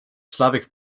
slavic